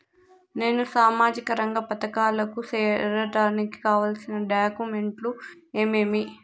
నేను సామాజిక రంగ పథకాలకు సేరడానికి కావాల్సిన డాక్యుమెంట్లు ఏమేమీ?